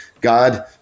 God